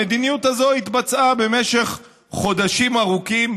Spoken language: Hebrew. המדיניות הזאת התבצעה במשך חודשים ארוכים,